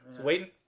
Waiting